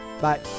Bye